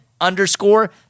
underscore